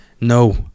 No